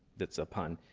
that's a pun.